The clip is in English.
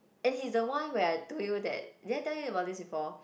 and he is the one where I told you that did I tell you about this before